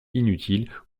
inutiles